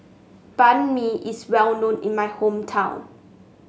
Banh Mi is well known in my hometown